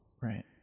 Right